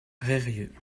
reyrieux